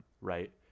Right